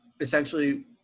essentially